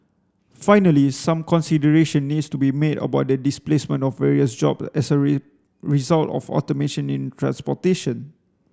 finally some consideration needs to be made about the displacement of various job as a result of automation in transportation